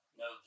no